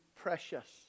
precious